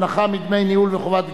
הנחה מדמי ניהול וחובת גילוי),